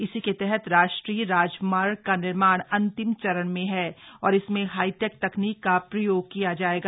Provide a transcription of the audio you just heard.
इसी के तहत राष्ट्रीय राजमार्ग का निर्माण अंतिम चरण में है और इसमें हाईटेक तकनीक का प्रयोग किया जाएगा